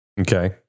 Okay